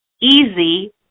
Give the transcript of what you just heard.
easy